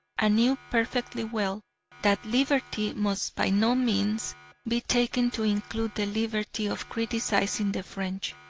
and knew perfectly well that liberty must by no means be taken to include the liberty of criticising the french.